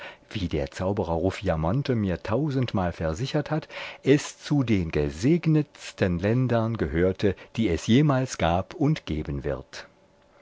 wie der zauberer ruffiamonte mir tausendmal versichert hat es zu den gesegnetsten ländern gehörte die es jemals gab und geben wird